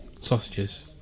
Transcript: sausages